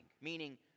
meaning